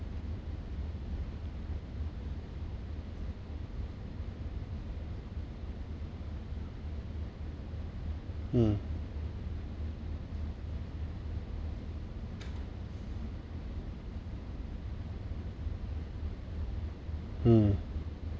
mm mm